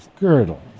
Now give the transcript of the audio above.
Girdle